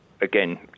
again